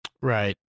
Right